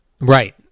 Right